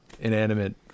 inanimate